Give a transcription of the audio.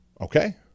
Okay